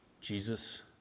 Jesus